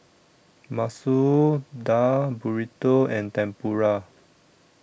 Masoor Dal Burrito and Tempura